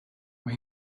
mae